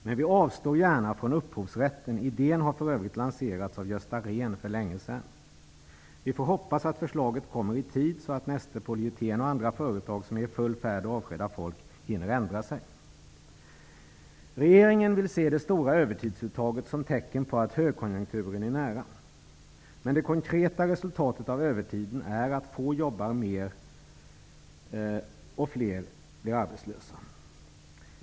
Men vi avstår gärna från upphovsrätten. Idén har för övrigt lanserats av Gösta Rehn för länge sedan. Vi får hoppas att förslaget kommer i tid så att företaget Neste Polyeten och andra företag som är i full färd med att avskeda folk hinner ändra sig. Regeringen vill se det stora övertidsuttaget som tecken på att högkonjunkturen är nära, men det konkreta resultatet av övertiden är att färre människor jobbar mer och att fler blir arbetslösa.